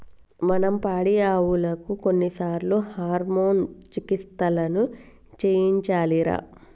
మనం పాడియావులకు కొన్నిసార్లు హార్మోన్ చికిత్సలను చేయించాలిరా